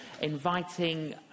inviting